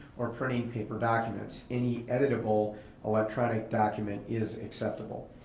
or printing paper documents. any editable electronic document is acceptable.